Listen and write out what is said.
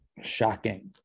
shocking